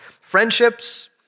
friendships